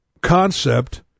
concept